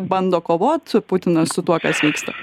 bando kovot putinas su tuo kas vyksta